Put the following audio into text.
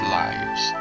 lives